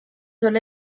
sólo